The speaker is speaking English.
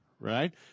right